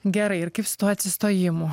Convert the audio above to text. gerai ir kaip su tuo atsistojimu